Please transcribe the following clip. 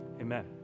amen